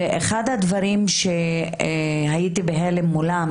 ואחד הדברים שהייתי בהלם מולם